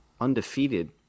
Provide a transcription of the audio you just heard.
undefeated